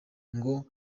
ngo